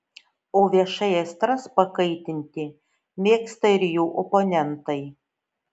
o viešai aistras pakaitinti mėgsta ir jų oponentai